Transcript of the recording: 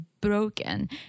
broken